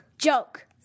Joke